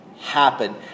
Happen